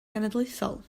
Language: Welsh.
genedlaethol